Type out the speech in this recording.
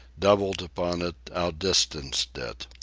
doubled upon it, outdistanced it.